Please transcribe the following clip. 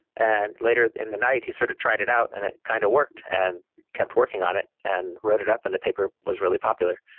later in the night, he sort of tried it out and it kind of worked and kept working on it and wrote it up and the paper was really popular,